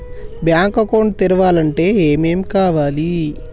Bank account తెరవాలంటే ఏమేం కావాలి?